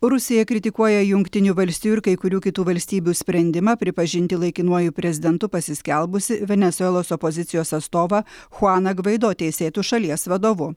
rusija kritikuoja jungtinių valstijų ir kai kurių kitų valstybių sprendimą pripažinti laikinuoju prezidentu pasiskelbusį venesuelos opozicijos atstovą chuaną gvaido teisėtu šalies vadovu